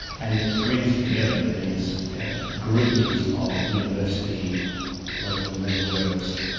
and it brings together these groupings of university local networks,